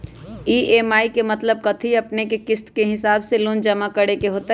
EMI के मतलब है कि अपने के किस्त के हिसाब से लोन जमा करे के होतेई?